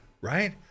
Right